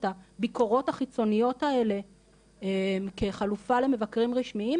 את הביקורות החיצוניות האלה כחלופה למבקרים רשמיים,